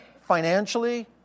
financially